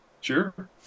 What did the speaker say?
Sure